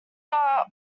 are